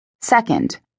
Second